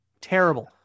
Terrible